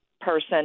person